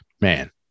man